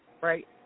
right